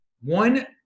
one